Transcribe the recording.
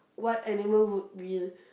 what animal would be